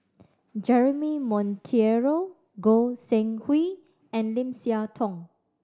Jeremy Monteiro Goi Seng Hui and Lim Siah Tong